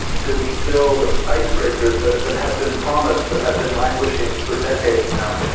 to build icebreakers that that have been promised but have been languishing for decades now.